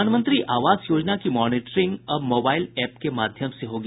प्रधानमंत्री आवास योजना की मॉनीटरिंग अब मोबाइल एप के माध्यम से होगी